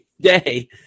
day